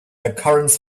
occurrence